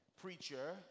preacher